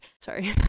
sorry